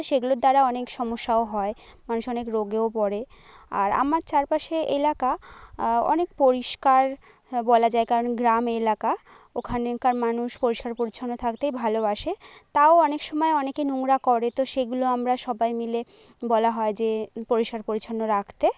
সেগুলোর দ্বারা অনেক সমস্যাও হয় মানুষ অনেক রোগেও পরে আর আমার চারপাশে এলাকা অনেক পরিষ্কার বলা যায় কারণ গ্রাম এলাকা ওখানেকার মানুষ পরিষ্কার পরিছন্ন থাকতেই ভালোবাসে তাও অনেক সময় অনেকে নোংরা করে তো সেগুলো আমরা সবাই মিলে বলা হয় যে পরিষ্কার পরিছন্ন রাখতে